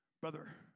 Brother